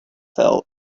fell